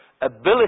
ability